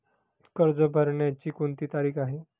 कर्ज भरण्याची कोणती तारीख आहे?